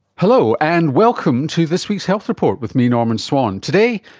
hello, and welcome to this week's health report with me, norman swan. today,